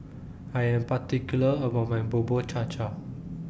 I Am particular about My Bubur Cha Cha